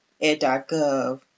ed.gov